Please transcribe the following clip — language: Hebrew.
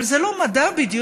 אבל זה לא מדע בדיוני.